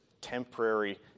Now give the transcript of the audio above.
temporary